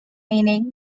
meaning